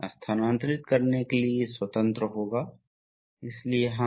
तो यह विस्तार स्ट्रोक है जो अगले स्ट्रोक में होता है